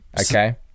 Okay